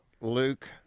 Luke